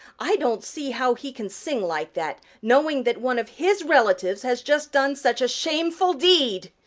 i don't see how he can sing like that, knowing that one of his relatives has just done such a shameful deed.